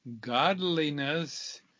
godliness